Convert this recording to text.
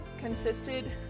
consisted